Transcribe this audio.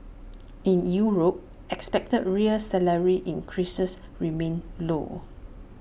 in Europe expected real salary increases remain low